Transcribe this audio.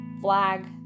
flag